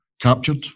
captured